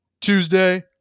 Tuesday